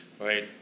right